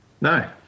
No